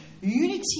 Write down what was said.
Unity